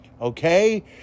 okay